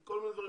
כל מיני דברים.